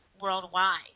worldwide